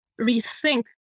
rethink